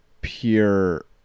pure